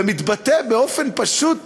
ומתבטא באופן פשוט